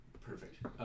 Perfect